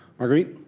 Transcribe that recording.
marguerite?